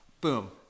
Boom